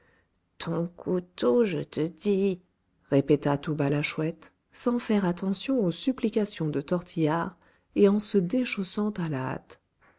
ton couteau je te dis répéta tout bas la chouette sans faire attention aux supplications de tortillard et en se déchaussant à la hâte